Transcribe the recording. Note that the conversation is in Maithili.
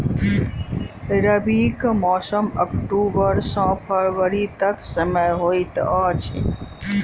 रबीक मौसम अक्टूबर सँ फरबरी क समय होइत अछि